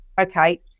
okay